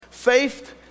Faith